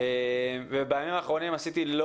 תודה רבה וסליחה לכל